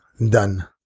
done